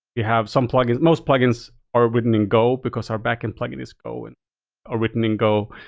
we have some plugins most plugins are written in go, because our backend plugin is go and or written in go.